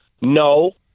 No